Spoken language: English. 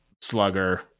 slugger